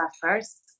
first